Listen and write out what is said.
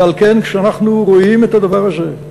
ועל כן, כשאנחנו רואים את הדבר הזה,